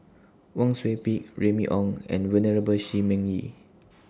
Wang Sui Pick Remy Ong and Venerable Shi Ming Yi